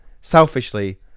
selfishly